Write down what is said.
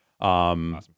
Awesome